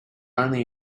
only